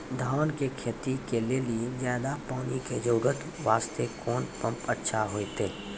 धान के खेती के लेली ज्यादा पानी के जरूरत वास्ते कोंन पम्प अच्छा होइते?